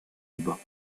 bas